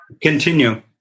Continue